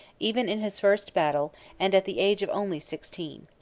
even in his first battle and at the age of only sixteen.